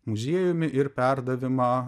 muziejumi ir perdavimą